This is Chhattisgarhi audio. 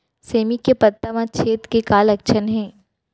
सेमी के पत्ता म छेद के का लक्षण हे?